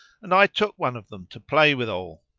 and i took one of them to play withal